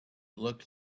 looked